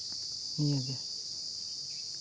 ᱱᱤᱭᱟᱹ ᱜᱮ